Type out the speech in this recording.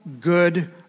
good